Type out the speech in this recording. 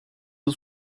yıl